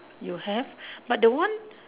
you have but the one